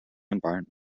environment